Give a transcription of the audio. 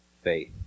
faith